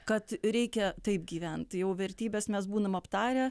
kad reikia taip gyvent jau vertybes mes būnam aptarę